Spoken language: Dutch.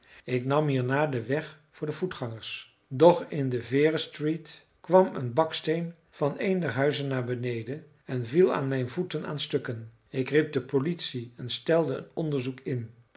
ik nam hierna den weg voor voetgangers doch in de vere street kwam een baksteen van een der huizen naar beneden en viel aan mijn voeten aan stukken ik riep de politie en stelde een onderzoek in